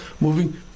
moving